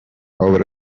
over